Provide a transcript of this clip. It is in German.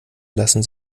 lassen